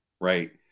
right